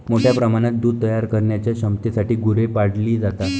मोठ्या प्रमाणात दूध तयार करण्याच्या क्षमतेसाठी गुरे पाळली जातात